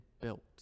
built